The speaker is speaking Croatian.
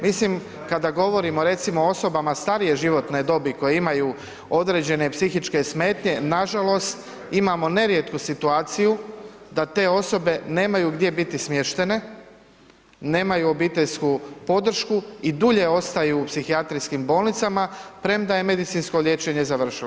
Mislim, kada govorimo recimo, o osobama starije životne dobi, koje imaju određene psihičke smetnje, nažalost, imamo nerijetko situaciju da te osobe nemaju gdje biti smještene, nemaju obiteljsku podršku i dulje ostaju u psihijatrijskim bolnicama, premda je medicinsko liječenje završilo.